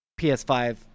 PS5